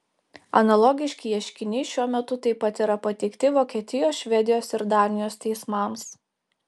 analogiški ieškiniai šiuo metu taip pat yra pateikti vokietijos švedijos ir danijos teismams